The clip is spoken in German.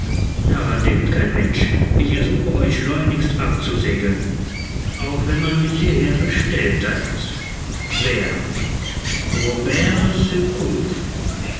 daran denkt kein mensch ich ersuche euch schleunigst abzusegeln auch wenn man mich hierher bestellt hat wer robert